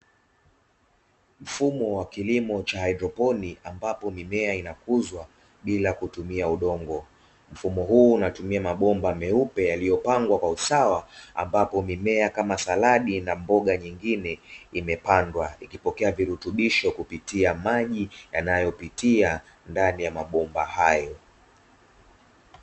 Mfumo wa kilimo cha haidroponi ambapo, mimea inakuzwa bila kutumia udongo. Mfumo huu unatumia mabomba meupe yaliyopangwa kwa usawa, ambapo mimea kama saladi na mboga nyingine imepandwa, ikipokea virutubisho kwa kupitia maji yanayopitia ndani ya mabomba hayo.